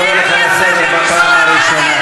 אני קורא אותך לסדר פעם ראשונה.